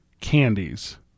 candies